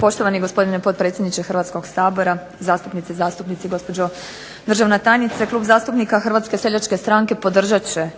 Poštovani gospodine potpredsjedniče Hrvatskoga sabora, zastupnice i zastupnici, gospođo državna tajnice. Klub zastupnika Hrvatske seljačke stranke podržat će